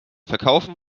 verkaufen